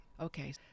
okay